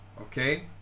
okay